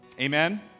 Amen